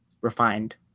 refined